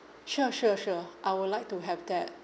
sure sure sure I would like to have that